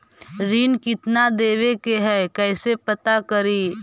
ऋण कितना देवे के है कैसे पता करी?